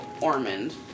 Ormond